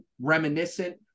reminiscent